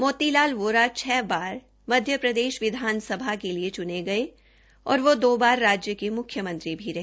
मोती लाल वोरा छ बार मध्यप्रदेश विधानसभा के लिए चुने गये और वो दो बार राज्य के मुख्यमंत्री भी रहे